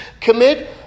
commit